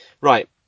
Right